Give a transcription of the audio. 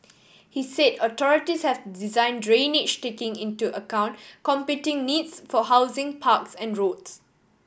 he said authorities have design drainage she taking into account competing needs for housing parks and roads